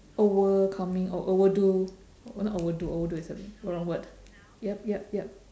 overcoming or overdo not overdo overdo is a wrong word yup yup yup